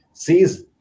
sees